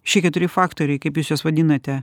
šie keturi faktoriai kaip jūs juos vadinate